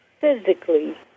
physically